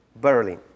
Berlin